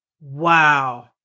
Wow